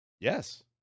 Yes